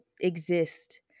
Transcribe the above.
exist